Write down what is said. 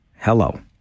hello